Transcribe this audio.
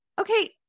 okay